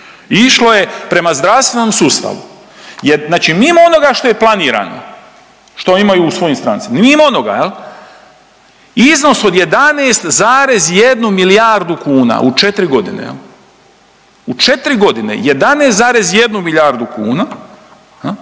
išlo je prema zdravstvenom sustavu jer znači mimo onoga što je planirano, što imaju u svojim…/Govornik se ne razumije/…mimo onoga jel iznos od 11,1 milijardu kuna u 4.g. jel, u 4.g. 11,1 milijardu kuna